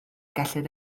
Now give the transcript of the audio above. gellir